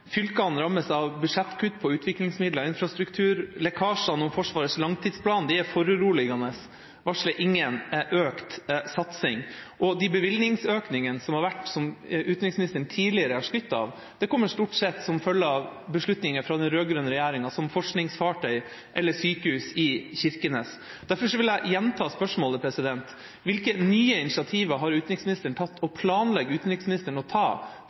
Fylkene rammes av budsjettkutt i utviklingsmidler og infrastruktur. Lekkasjene om Forsvarets langtidsplan er foruroligende, og en varsler ingen økt satsing. Og de bevilgningsøkningene som har vært, som utenriksministeren tidligere har skrytt av, kommer stort sett som følge av beslutninger fra den rød-grønne regjeringa, som forskningsfartøy eller sykehus i Kirkenes. Derfor vil jeg gjenta spørsmålet: Hvilke nye initiativer har utenriksministeren tatt og planlegger utenriksministeren å ta